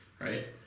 right